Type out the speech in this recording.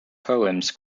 poems